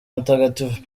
mutagatifu